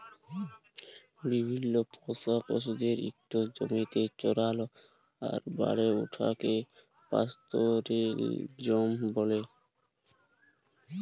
বিভিল্ল্য পোষা পশুদের ইকট জমিতে চরাল আর বাড়ে উঠাকে পাস্তরেলিজম ব্যলে